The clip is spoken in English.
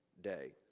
day